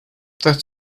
that